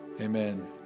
Amen